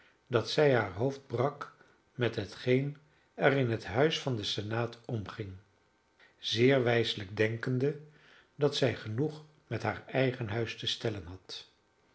dat zij haar hoofd brak met hetgeen er in het huis van den senaat omging zeer wijselijk denkende dat zij genoeg met haar eigen huis te stellen had